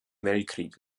weltkrieg